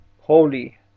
holy